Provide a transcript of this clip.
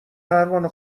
پروانه